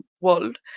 world